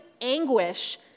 anguish